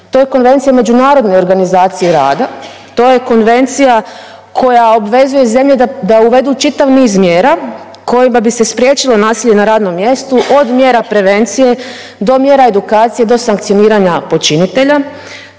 To je Konvencija međunarodne organizacije rada, to je konvencija koja obvezuje zemlje da uvedu čitav niz mjera kojima bi se spriječilo nasilje na radnom mjestu od mjera prevencije do mjera edukacije, do sankcioniranja počinitelja.